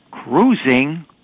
Cruising